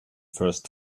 first